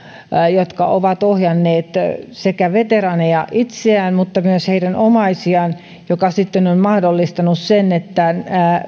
jotka ovat ohjanneet sekä veteraaneja itseään että myös heidän omaisiaan mikä sitten on mahdollistanut sen että